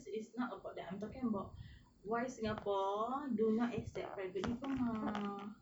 it's not about that I'm talking about why singapore do not accept private diploma